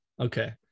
okay